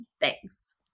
Thanks